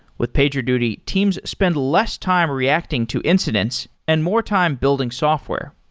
with pagerduty, teams spend less time reacting to incidents and more time building software.